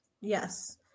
Yes